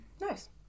Nice